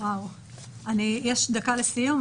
יש דקה לסיום,